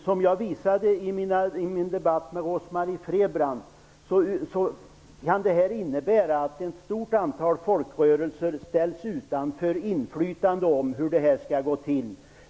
Som jag visade i min debatt med Rose Marie Frebran, kan det här innebära att ett stort antal folkrörelser ställs utan inflytande i fråga om hur det här skall gå till.